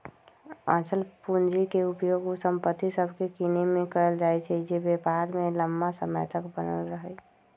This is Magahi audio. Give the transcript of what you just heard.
अचल पूंजी के उपयोग उ संपत्ति सभके किनेमें कएल जाइ छइ जे व्यापार में लम्मा समय तक बनल रहइ